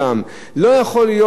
עם כל הכבוד שרוצים להרוויח,